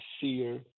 seer